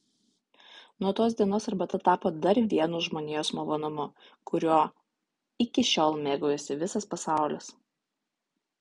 nuo tos dienos arbata tapo dar vienu žmonijos malonumu kuriuo iki šiol mėgaujasi visas pasaulis